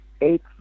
eight